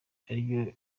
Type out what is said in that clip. ibiryo